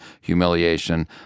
humiliation